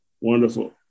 Wonderful